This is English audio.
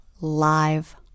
live